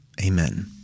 amen